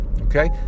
okay